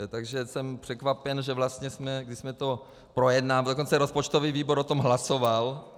Takže jsem překvapen, že vlastně jsme, když jsme to projednávali, dokonce rozpočtový výbor o tom hlasoval.